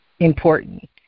important